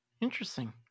Interesting